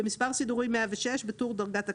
במספר סידורי 176, בטור "דרגת הקנס",